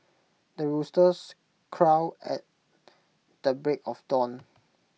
the roosters crows at the break of dawn